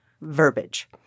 verbiage